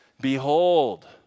Behold